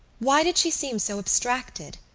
why did she seem so abstracted?